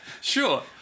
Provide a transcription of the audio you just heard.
Sure